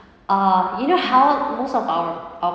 um you know how most of our ours